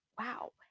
wow